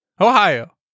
Ohio